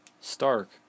Stark